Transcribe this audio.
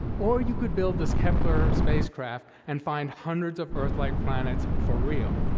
or you could build this kepler spacecraft and find hundreds of earth-like planets for real.